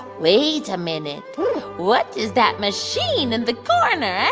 wait a minute what is that machine in the corner, ah?